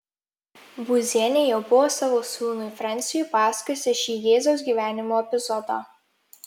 būzienė jau buvo savo sūnui frensiui pasakojusi šį jėzaus gyvenimo epizodą